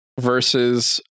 versus